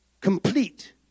Complete